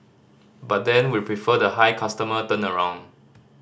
but then we prefer the high customer turnaround